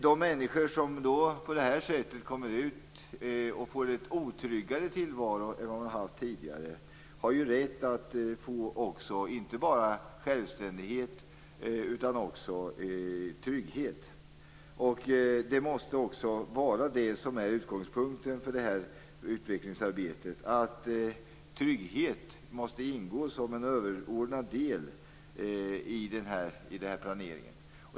De människor som på det här sättet kommer ut och får en otryggare tillvaro än den de har haft tidigare, har ju rätt att få inte bara självständighet utan också trygghet. Det måste också vara det som är utgångspunkten för utvecklingsarbetet. Trygghet måste ingå som en överordnad del i den här planeringen.